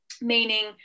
meaning